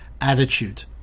attitude